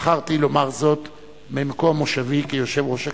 בחרתי לומר זאת ממקום מושבי כיושב-ראש הכנסת.